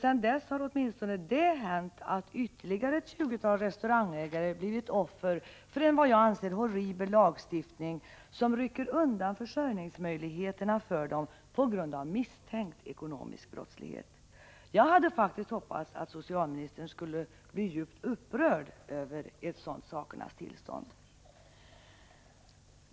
Sedan dess har åtminstone det hänt, att RÅ TE SR holhaltiga drycker ytterligare ett tjugotal restaurangägare blivit offer för en som jag anser horribel lagstiftning, som rycker undan försörjningsmöjligheterna för dem på grund av misstänkt ekonomisk brottslighet. Jag hade faktiskt hoppats att socialministern skulle bli djupt upprörd över ett sådant sakernas tillstånd.